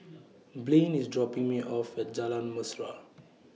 Blane IS dropping Me off At Jalan Mesra